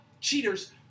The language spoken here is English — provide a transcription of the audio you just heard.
cheaters